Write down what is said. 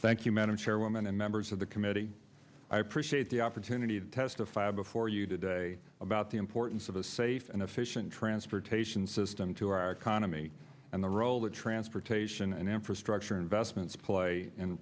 thank you madam chairwoman and members of the committee i appreciate the opportunity to testify before you today about the importance of the safe and efficient transportation system to our economy and the role that transportation and infrastructure investments play